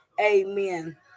Amen